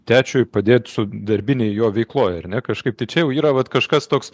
tėčiui padėti su darbinėje jo veikloje ar ne kažkaip tačiau yra vat kažkas toks